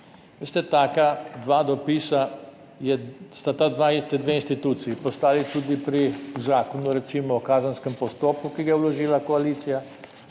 Veste, taka dva dopisa sta ti dve instituciji poslali tudi recimo pri Zakonu o kazenskem postopku, ki ga je vložila koalicija,